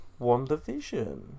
WandaVision